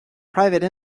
private